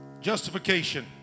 Justification